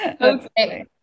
Okay